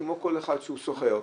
כמו כל אחד שהוא סוחר,